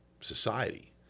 society